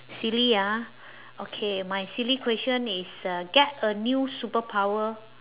silly ah okay my silly question is uh get a new superpower